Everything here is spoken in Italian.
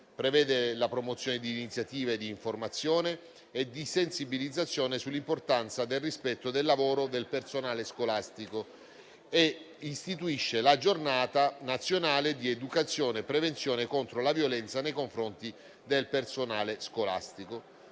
prevede la promozione di iniziative di informazione e di sensibilizzazione sull'importanza del rispetto del lavoro del personale scolastico e istituisce la Giornata nazionale di educazione e prevenzione contro la violenza nei confronti del personale scolastico;